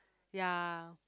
ya